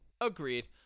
Agreed